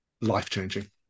life-changing